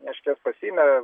reiškias pasiėmė